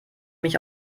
mich